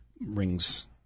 rings